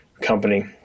company